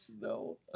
no